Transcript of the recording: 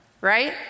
right